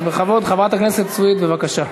אז בכבוד, חברת הכנסת סויד, בבקשה.